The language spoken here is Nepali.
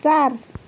चार